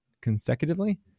consecutively